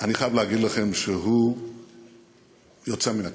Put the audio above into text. אני חייב להגיד לכם שהוא יוצא מן הכלל.